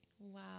Wow